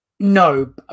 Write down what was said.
No